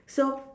so